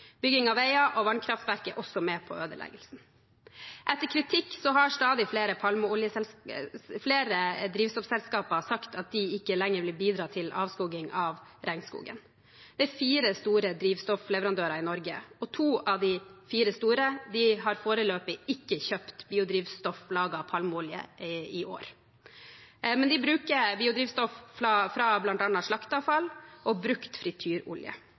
Bygging av veier og vannkraftverk er også med på ødeleggelsen. Etter kritikk har stadig flere drivstoffselskaper sagt at de ikke lenger vil bidra til avskoging av regnskogen. Det er fire store drivstoffleverandører i Norge, og to av de fire store har foreløpig ikke kjøpt biodrivstoff laget av palmeolje i år. Men de bruker biodrivstoff fra bl.a. slakteavfall og brukt frityrolje.